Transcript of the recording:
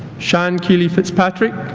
sean keely fitzpatrick